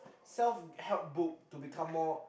self help book to become more